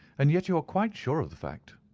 and yet you are quite sure of the fact.